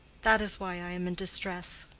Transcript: that is why i am in distress.